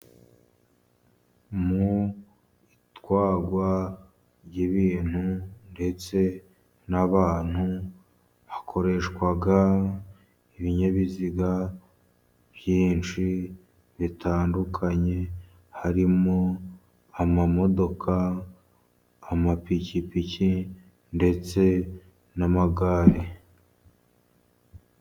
Mu itwarwa ry'ibintu ndetse n'abantu, hakoreshwa ibinyabiziga byinshi bitandukanye, harimo imodoka, amapikipiki ndetse n'amagare.